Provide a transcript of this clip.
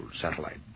satellite